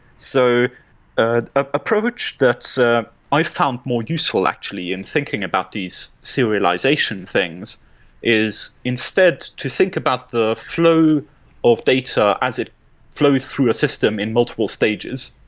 so ah ah approach that ah i found more useful actually in thinking about these serialization things is instead to think about the flow of data as it flows through a system in multiple stages.